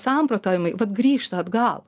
samprotavimai vat grįžta atgal